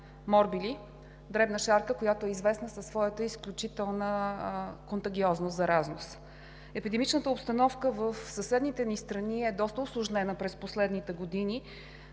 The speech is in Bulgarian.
морбили – дребна шарка, която е известна със своята изключителна заразност. Епидемичната обстановка в съседните ни страни е доста усложнена през последните години